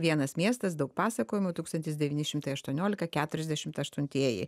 vienas miestas daug pasakojimų tūkstantis devyni šimtai aštuoniolika keturiasdešimt aštuntieji